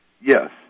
Yes